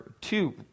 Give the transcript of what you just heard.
two